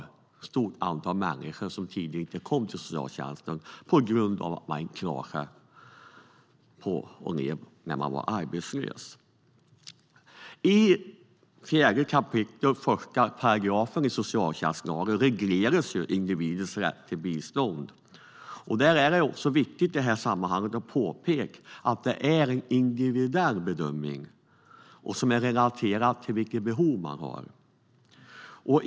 Vi såg då ett stort antal människor som var arbetslösa och som kom till socialtjänsten men som tidigare inte hade kommit dit. I 4 kap. 1 § i socialtjänstlagen regleras individens rätt till bistånd. Det är viktigt att i detta sammanhang påpeka att det handlar om en individuell bedömning som är relaterad till vilket behov man har.